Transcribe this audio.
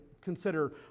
consider